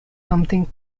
something